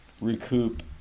recoup